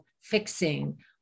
fixing